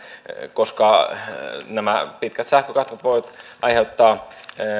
koska nämä pitkät sähkökatkot voivat aiheuttaa